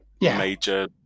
major